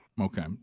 Okay